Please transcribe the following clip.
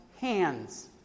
hands